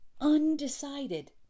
undecided